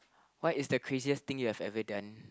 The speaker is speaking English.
what is the craziest thing you have ever done